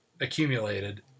accumulated